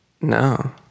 No